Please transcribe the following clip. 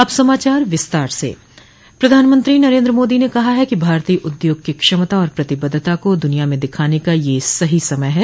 अब समाचार विस्तार से प्रधानमंत्री नरेंद्र मोदी ने कहा है कि भारतीय उद्योग की क्षमता और प्रतिबद्धता को दुनिया में दिखाने का यह सही समय है